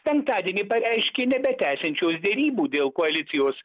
penktadienį pareiškė nebetęsiančios derybų dėl koalicijos